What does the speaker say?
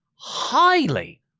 highly